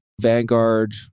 Vanguard